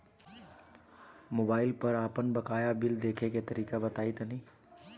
Mobile पर आपन बाकाया बिल देखे के तरीका बताईं तनि?